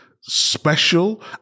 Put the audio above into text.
special